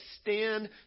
stand